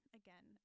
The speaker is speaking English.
again